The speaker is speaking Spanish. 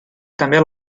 cambiar